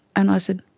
and i said,